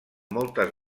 moltes